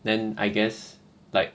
then I guess like